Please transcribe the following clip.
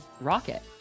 rocket